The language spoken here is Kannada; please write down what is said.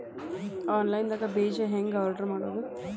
ಆನ್ಲೈನ್ ದಾಗ ಬೇಜಾ ಹೆಂಗ್ ಆರ್ಡರ್ ಮಾಡೋದು?